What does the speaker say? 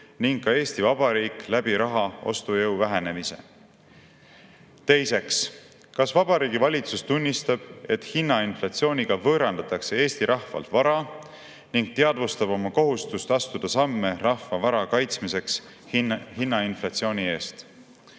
ning ka Eesti Vabariik läbi raha ostujõu vähenemise? Teiseks: kas Vabariigi Valitsus tunnistab, et hinnainflatsiooniga võõrandatakse Eesti rahvalt vara, ning teadvustab oma kohustust astuda samme rahva vara kaitsmiseks hinnainflatsiooni eest?